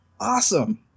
Awesome